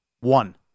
one